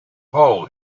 hole